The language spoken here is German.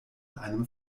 einem